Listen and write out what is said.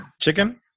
chicken